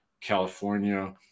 California